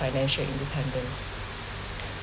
financial independence